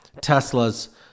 Tesla's